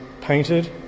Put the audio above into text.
painted